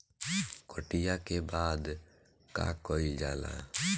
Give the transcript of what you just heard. कटिया के बाद का कइल जाला?